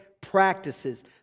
practices